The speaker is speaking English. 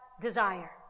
desire